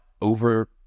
over